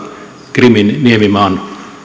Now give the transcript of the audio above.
krimin niemimaan